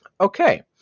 okay